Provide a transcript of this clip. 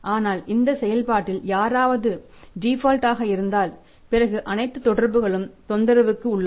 ஆனால் இந்த செயல்பாட்டில் யாராவது டிபால்ட க இருந்தால் பிறகு அனைத்து தொடர்புகளும் தொந்தரவுக்கு உள்ளாகும்